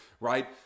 right